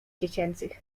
dziecięcych